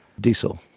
diesel